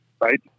right